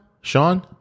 Sean